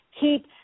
keep